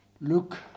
look